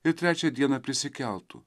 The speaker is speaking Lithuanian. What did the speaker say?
ir trečią dieną prisikeltų